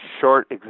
short